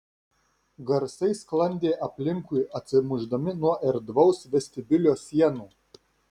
garsai sklandė aplinkui atsimušdami nuo erdvaus vestibiulio sienų